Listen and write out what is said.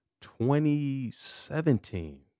2017